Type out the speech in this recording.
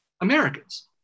Americans